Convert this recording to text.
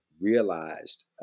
realized